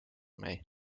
mee